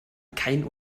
keinen